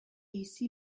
ici